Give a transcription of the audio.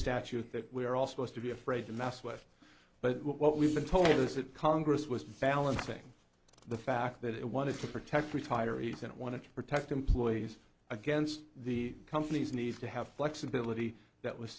statute that we're all supposed to be afraid to mess with but what we've been told is that congress was valid saying the fact that it wanted to protect retirees didn't want to protect employees against the company's need to have flexibility that was